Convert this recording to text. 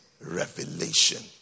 revelation